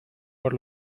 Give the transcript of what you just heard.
por